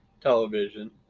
television